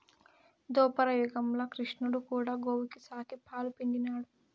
దోపర యుగంల క్రిష్ణుడు కూడా గోవుల సాకి, పాలు పిండినాడు